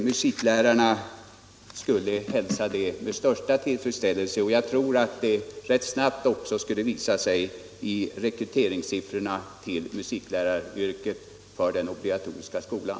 Musiklärarna skulle hälsa detta med största tillfredsställelse, och jag tror också att ett resultat ganska snabbt skulle visa sig i rekryteringssiffrorna till musikläraryrket för den obligatoriska skolan.